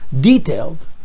detailed